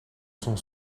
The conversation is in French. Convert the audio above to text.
son